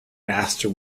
master